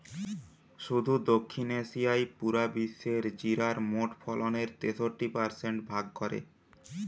শুধু দক্ষিণ এশিয়াই পুরা বিশ্বের জিরার মোট ফলনের তেষট্টি পারসেন্ট ভাগ করে